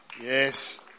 Yes